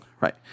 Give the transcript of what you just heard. Right